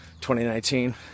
2019